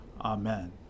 Amen